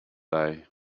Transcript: day